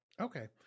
Okay